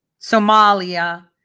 Somalia